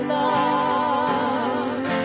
love